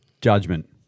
judgment